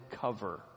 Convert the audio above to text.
cover